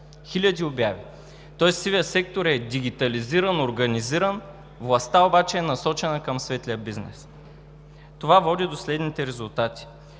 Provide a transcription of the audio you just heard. Хиляди обяви! Тоест сивият сектор е дигитализиран, организиран, властта обаче е насочена към светлия бизнес. Това води до следните резултати.